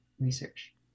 research